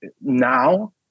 now